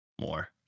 more